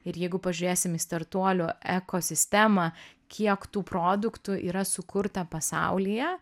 ir jeigu pažiūrėsim į startuolių ekosistemą kiek tų produktų yra sukurta pasaulyje